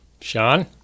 Sean